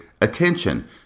attention